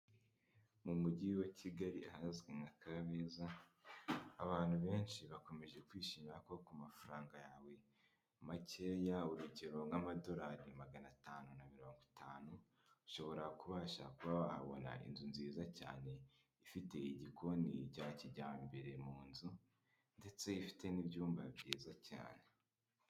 Mu mujyi wa Kigali ahazwi nka Kabeza abantu benshi bakomeje kwishimira ko kumafaranga yawe makeya urugero nk'amadorari magana atanu na mirongo itanu ushobora kubasha kuba wahabona inzu nziza cyane ifite igikoni cya kijyambere mu nzu ndetse ifite n'ibyumba byiza cyane.